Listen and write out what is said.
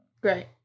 Great